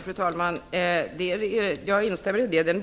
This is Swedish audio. Fru talman! Jag instämmer i det. De